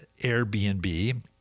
Airbnb